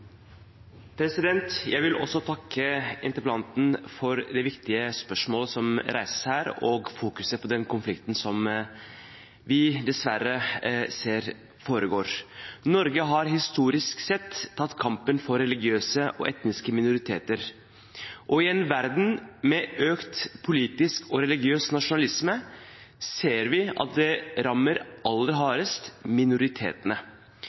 Jeg vil også takke interpellanten for det viktige spørsmålet som reises her, og at det fokuseres på den konflikten som vi dessverre ser foregår. Norge har historisk sett tatt kampen for religiøse og etniske minoriteter. I en verden med økt politisk og religiøs nasjonalisme ser vi at det rammer minoritetene aller